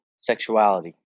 sexuality